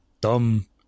dumb